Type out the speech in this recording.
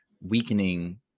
weakening